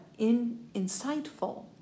insightful